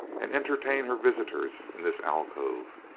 and entertain her visitors in this alcove.